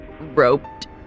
roped